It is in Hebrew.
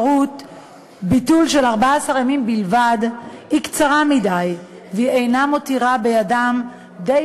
14 ימים בלבד הם תקופה קצרה מדי שאינה מותירה בידם די